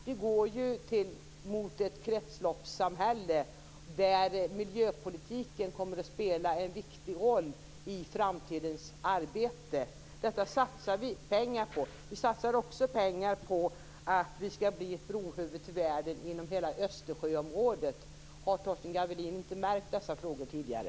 Vi går ju mot ett kretsloppssamhälle där miljöpolitiken kommer att spela en viktig roll i framtidens arbete. Detta satsar vi pengar på. Vi satsar också pengar på att vi skall bli brobyggare till världen inom hela Östersjöområdet. Har Torsten Gavelin inte märkt dessa frågor tidigare?